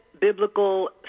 biblical